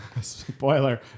Spoiler